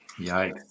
Yikes